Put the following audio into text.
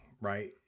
right